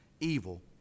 evil